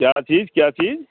کیا چیز کیا چیز